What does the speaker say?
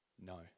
no